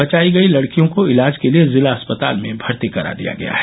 बचायी गयी लड़कियों को इलाज के लिये जिला अस्पताल में भर्ती करा दिया गया है